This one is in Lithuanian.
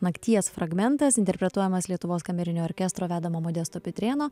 nakties fragmentas interpretuojamas lietuvos kamerinio orkestro vedamo modesto pitrėno